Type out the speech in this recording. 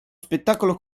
spettacolo